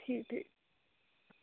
ठीक ठीक